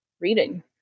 reading